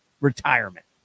retirement